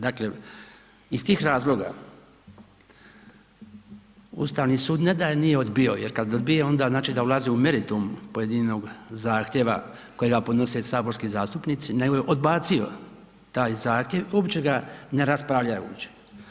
Dakle iz tih razloga, Ustavni sud ne da je nije odbio, jer kada odbije, onda znači da ulazi u meritum pojedinog zahtjeva kojega podnose saborski zastupnici, nego je odbacio taj zahtjev, uopće ga ne raspravljajući.